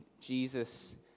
Jesus